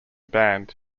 band